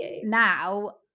now